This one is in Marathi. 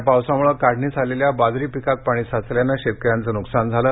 या पावसामुळे काढणीस आलेल्या बाजरी पिकात पाणी साचल्याने शेतकऱ्यांचे नुकसान झाले